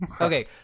okay